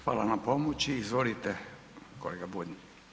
Hvala na pomoći, izvolite kolega Bulj.